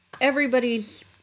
everybody's